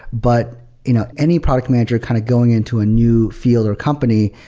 but you know any product manager kind of going into a new field or company,